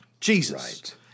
Jesus